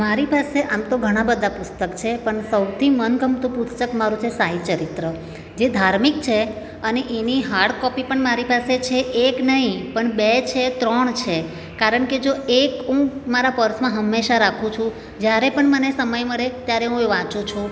મારી પાસે આમ તો ઘણાં બધાં પુસ્તક છે પણ સૌથી મનગમતું પુસ્તક મારું છે સાઈ ચરિત્ર જે ધાર્મિક છે અને એની હાર્ડ કોપી પણ મારી પાસે છે એક નહીં પણ બે છે ત્રણ છે કારણ કે જો એક હું મારા પર્સમાં હંમેશા રાખું છું જ્યારે પણ મને સમય મળે ત્યારે હું એ વાંચું છું